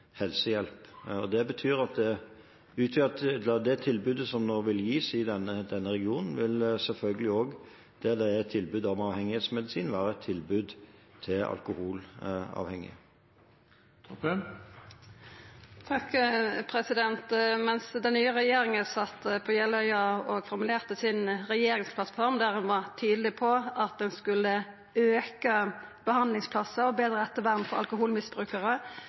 Det betyr at det tilbudet som nå vil gis i denne regionen, der det er tilbud om avhengighetsmedisin, selvfølgelig også vil være et tilbud til alkoholavhengige. Medan den nye regjeringa sat på Jeløya og formulerte regjeringsplattforma si, der ein var tydeleg på at ein skulle auka talet på behandlingsplassar og få betre ettervern for alkoholmisbrukarar,